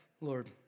Lord